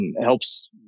helps